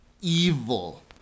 evil